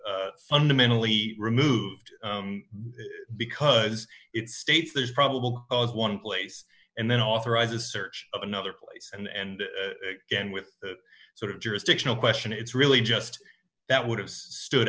fundamentally removed because it states there's probable cause one place and then authorize a search of another place and again with a sort of jurisdictional question it's really just that would have stood